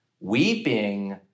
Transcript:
weeping